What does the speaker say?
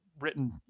written